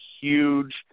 huge